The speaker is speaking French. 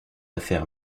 affaire